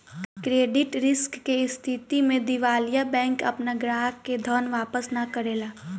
credit risk के स्थिति में दिवालिया बैंक आपना ग्राहक के धन वापस ना करेला